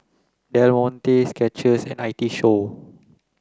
Del Monte Skechers and I T Show